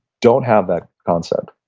don't have that concept.